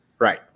Right